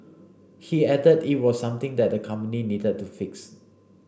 he added it was something that the company needed to fix